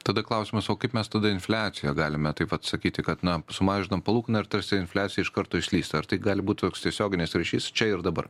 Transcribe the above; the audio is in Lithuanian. tada klausimas o kaip mes tada infliaciją galime taip vat sakyti kad na sumažinom palūkaną ir tarsi infliacija iš karto išlysta ar tai gali būt toks tiesioginis ryšys čia ir dabar